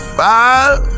five